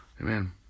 Amen